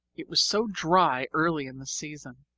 it was so dry early in the season.